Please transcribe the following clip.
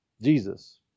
Jesus